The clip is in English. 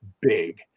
big